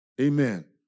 Amen